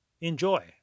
Enjoy